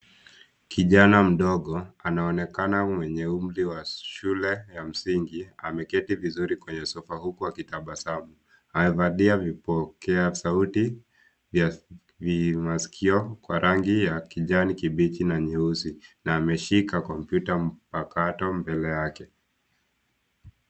Kijana mdogo, anaonekana mwenye umri wa shule ya msingi ameketi vizuri kwenye sofa huku akitabasamu. Amevalia vipokea sauti vya maskio kwa rangi ya kijani kibichi na nyeusi na ameshika kompyuta mpakato mbele yake.